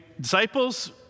disciples